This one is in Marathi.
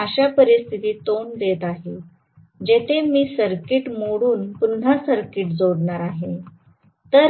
अशा परिस्थितीत तोंड देत आहे जिथे मी सर्किट मोडून पुन्हा सर्किट जोडणार आहे